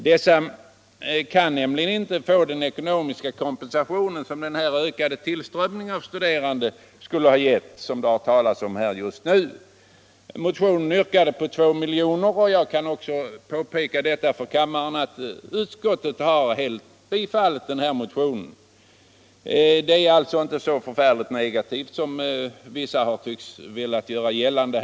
Dessa filialer kan nämligen inte nu få den ekonomiska kompensation som den ökade tillströmningen av studerande skulle ha givit och som det här har talats om. Motionären har begärt 2 milj.kr., och utskottet har tillstyrkt 'detta yrkande. Utskottsbetänkandet är alltså inte så negativ! som vissa talare här har velat göra gällande.